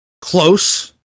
Close